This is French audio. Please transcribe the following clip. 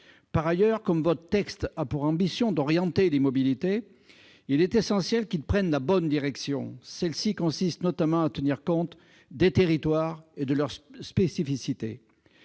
Par ailleurs, comme votre texte a pour ambition d'orienter les mobilités, il est essentiel qu'il marque la bonne direction. Cela consiste notamment à tenir compte des territoires et de leurs spécificités.